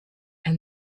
and